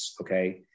okay